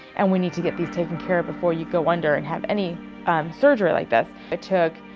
and we need to get these taken care of before you go under and have any surgery like this. it took.